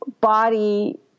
body